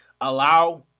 allow